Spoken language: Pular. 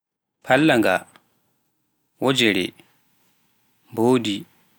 pallanga, wegere, mbodi